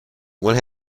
what